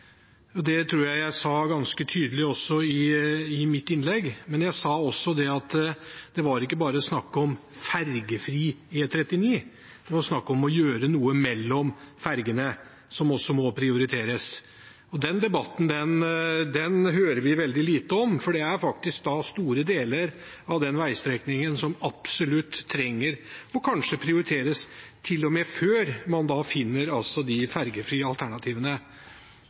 E39. Det tror jeg at jeg sa ganske tydelig også i mitt innlegg. Men jeg sa også at det ikke bare var snakk om fergefri E39, det var snakk om å gjøre noe mellom fergene, som også må prioriteres. Den den debatten hører vi veldig lite om, for det er faktisk store deler av den veistrekningen som absolutt trenger å prioriteres, kanskje til og med før man finner de fergefrie alternativene.